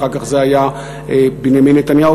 אחר כך זה היה בנימין נתניהו,